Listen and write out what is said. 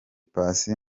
paccy